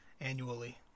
annually